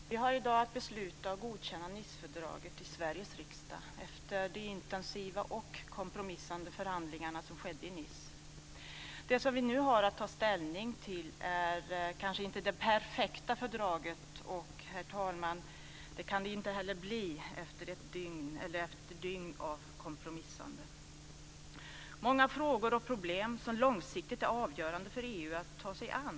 Herr talman! Vi har i dag att besluta om och godkänna Nicefördraget i Sveriges riksdag, efter de intensiva och kompromissfyllda förhandlingar som skedde i Nice. Det vi nu har att ta ställning till är kanske inget perfekt fördrag. Herr talman! Det kan det inte heller bli efter dygn av kompromissande. Många frågor och problem som långsiktigt är avgörande för EU kvarstår som olösta, och det är utmanande.